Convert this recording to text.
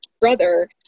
brother